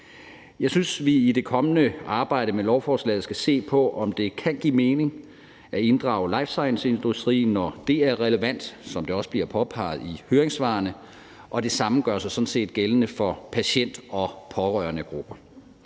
Jeg synes, vi i det kommende arbejde med lovforslaget skal se på, om det kan give mening at inddrage lifescienceindustrien, når det er relevant, som det også bliver påpeget i høringssvarene, og det samme gør sig sådan set gældende for patient- og pårørendegrupper.